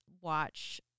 watch